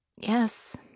Yes